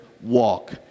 walk